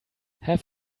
have